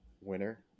winner